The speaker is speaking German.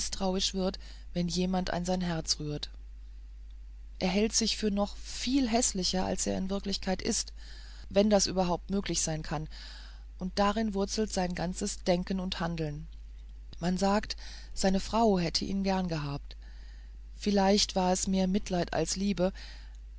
wird wenn jemand an sein herz rührt er hält sich für noch viel häßlicher als er in wirklichkeit ist wenn das überhaupt möglich sein kann und darin wurzelt sein ganzes denken und handeln man sagt seine frau hätte ihn gern gehabt vielleicht war es mehr mitleid als liebe